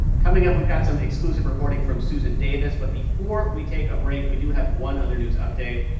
coming up, we've got some exclusive reporting from susan davis but before we take a break, we do have one other news update,